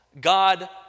God